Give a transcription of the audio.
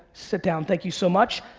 sit down, thank you so much.